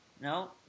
no